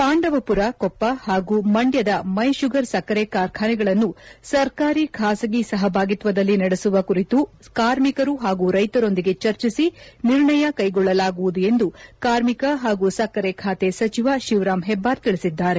ಪಾಂಡವಪುರ ಕೊಪ್ಪ ಹಾಗೂ ಮಂಡ್ಯದ ಮೈ ಶುಗರ್ ಸಕ್ಕರೆ ಕಾರ್ಖಾನೆಗಳನ್ನು ಸರ್ಕಾರಿ ಖಾಸಗಿ ಸಹಭಾಗಿತ್ವದಲ್ಲಿ ನಡೆಸುವ ಕುರಿತು ಕಾರ್ಮಿಕರು ಹಾಗೂ ರೈತರೊಂದಿಗೆ ಚರ್ಚೆಸಿ ನಿರ್ಣಯ ಕೈಗೊಳ್ಳಲಾಗುವುದು ಎಂದು ಕಾರ್ಮಿಕ ಹಾಗೂ ಸಕ್ಕರೆ ಖಾತೆ ಸಚಿವ ಶಿವರಾಂ ಹೆಬ್ಬಾರ್ ಹೇಳಿದ್ದಾರೆ